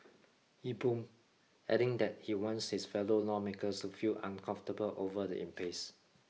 he boomed adding that he wants his fellow lawmakers to feel uncomfortable over the impasse